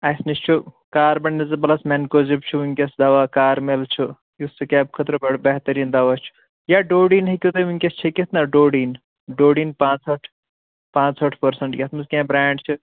اَسہِ نِش چھُ کاربن ڈِزو پُلس مینکوزِپ چھُ وُنکیٚس دوا کارمیل چھُ یُس سِکیب خأطرٕ بڈٕ بہتریٖن دوا چھُ یا ڈوڈیٖن ہیٚکِو تُہۍ وُنکیٚس چٔھکِتھ نا ڈوڈیٖن ڈوڈیٖن پانٛژھ ہأٹھ پانٛژثھ ہٲٹھ پٔرسنٛٹ یتھ منٛز کیٚنٛہہ برٛینٛڈ چھِ